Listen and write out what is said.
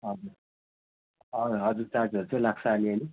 हजुर हजुर हजुर चार्जहरू चाहिँ लाग्छ अलिअलि